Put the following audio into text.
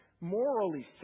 Morally